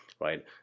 right